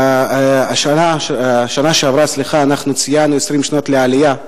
בשנה שעברה אנחנו ציינו 20 שנה לעלייה.